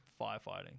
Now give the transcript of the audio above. firefighting